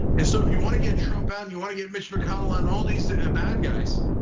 and so if you wanna get trump out and you wanna get mitch mcconnell and all these bad guys.